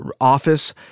office